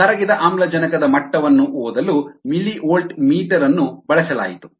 ಕರಗಿದ ಆಮ್ಲಜನಕದ ಮಟ್ಟವನ್ನು ಓದಲು ಮಿಲಿವೋಲ್ಟ್ ಮೀಟರ್ ಅನ್ನು ಬಳಸಲಾಯಿತು